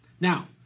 Now